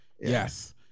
Yes